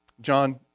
John